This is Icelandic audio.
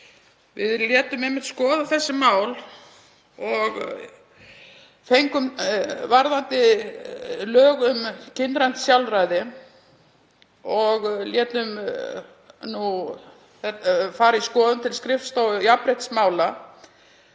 Við létum einmitt skoða þessi mál varðandi lög um kynrænt sjálfræði og létum það fara í skoðun til skrifstofu jafnréttismála.